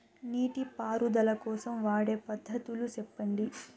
నీటి పారుదల కోసం వాడే పద్ధతులు సెప్పండి?